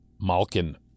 Malkin